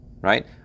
right